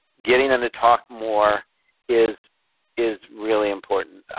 getting them to talk more is is really important,